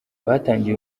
batangiye